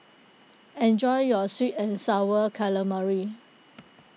enjoy your Sweet and Sour Calamari